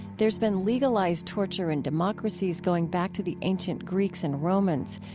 there's been legalized torture in democracies going back to the ancient greeks and romans.